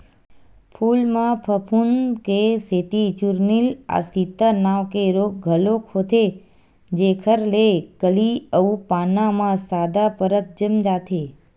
फूल म फफूंद के सेती चूर्निल आसिता नांव के रोग घलोक होथे जेखर ले कली अउ पाना म सादा परत जम जाथे